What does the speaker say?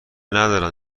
ندارن